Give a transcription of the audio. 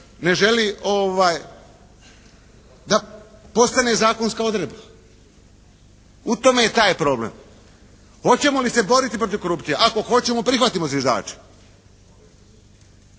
ne želi da postane zakonska odredba. U tome je taj problem. Hoćemo li se boriti protiv korupcije? Ako hoćemo, prihvatimo zviždače.